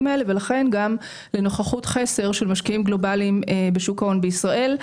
האלה ולכן גם לנוכחות חסר של משקיעים גלובליים בשוק ההון בישראל.